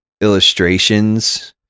illustrations